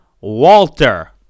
Walter